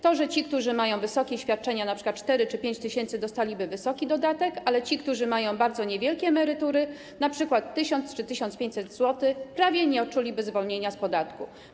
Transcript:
To, że ci, którzy mają wysokie świadczenia, np. 4000 zł czy 5000 zł, dostaliby wysoki dodatek, ale ci, którzy mają bardzo niewielkie emerytury, np. 1000 zł czy 1500 zł, prawie nie odczuliby zwolnienia z podatku.